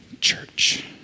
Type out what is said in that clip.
Church